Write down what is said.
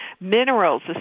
minerals